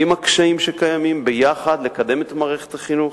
עם הקשיים שקיימים, יחד, לקדם את מערכת החינוך.